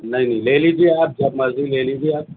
نہیں نہیں لے لیجے آپ جب مرضی لے لیجیے آپ